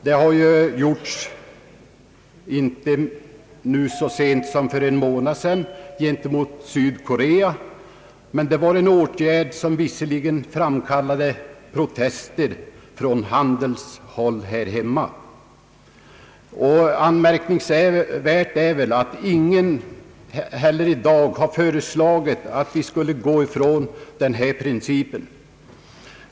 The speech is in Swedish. Detta har också gjorts, senast för en månad sedan gentemot Sydkorea, men det var en åtgärd som framkallade protester från handelshåll här hemma. Det är också anmärkningsvärt att ingen heller i dag har föreslagit att vi skulle frångå denna princip.